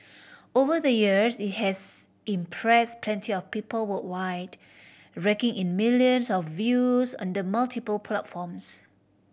over the years it has impress plenty of people worldwide raking in millions of views on the multiple platforms